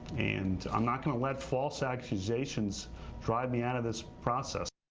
and um not going to let false accusations drive me out of this process.